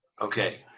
Okay